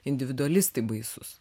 individualistai baisūs